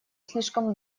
слишком